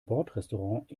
bordrestaurant